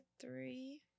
three